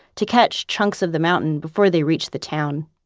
to catch chunks of the mountain before they reach the town.